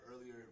earlier